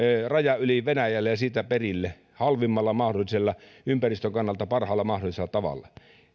rajan yli venäjälle ja siitä perille halvimmalla ja ympäristön kannalta parhaalla mahdollisella tavalla